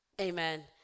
Amen